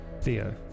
Theo